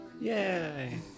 Yay